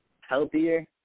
healthier